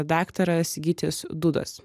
daktaras gytis dudas